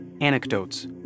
anecdotes